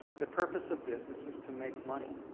the purpose of business is to make money,